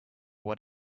what